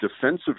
defensive